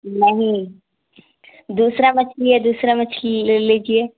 نہیں دوسرا مچھلی ہے دوسرا مچھلی لے لیجیے